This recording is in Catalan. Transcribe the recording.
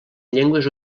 llengües